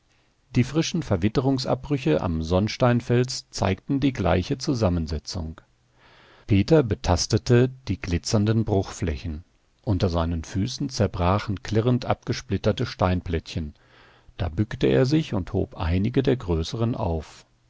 die frischen verwitterungsabbrüche am sonnsteinfels zeigten die gleiche zusammensetzung peter betastete die glitzernden bruchflächen unter seinen füßen zerbrachen klirrend abgesplitterte steinplättchen da bückte er sich und hob einige der größeren auf